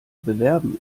bewerben